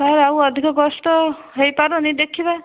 sir ଆଉ ଅଧିକ କଷ୍ଟ୍ ତ ହୋଇପାରୁନି ଦେଖିବା